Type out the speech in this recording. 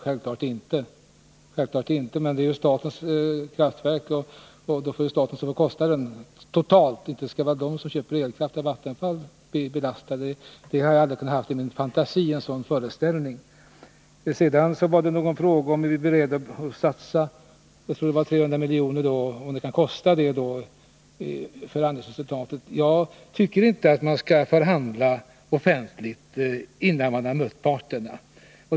Självfallet inte. Men det är ju statens kraftverk, och då får staten stå för kostnaden totalt. Inte skall de som köper elkraft av Vattenfall belastas — det har jag inte ens i min fantasi kunnat föreställa mig. Sedan var det någon fråga om huruvida vi är beredda att satsa 300 miljoner, om förhandlingsresultatet kan leda till den kostnaden. Jag tycker inte att man skall förhandla offentligt, innan man har mött parterna.